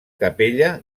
capella